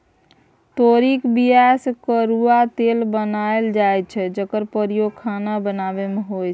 तोरीक बीया सँ करुआ तेल बनाएल जाइ छै जकर प्रयोग खाना बनाबै मे होइ छै